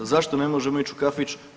Zašto ne možemo ići u kafić?